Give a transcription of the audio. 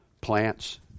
plants